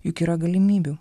juk yra galimybių